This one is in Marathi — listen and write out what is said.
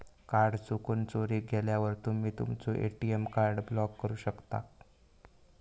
कार्ड चुकून, चोरीक गेल्यावर तुम्ही तुमचो ए.टी.एम कार्ड ब्लॉक करू शकता